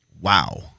Wow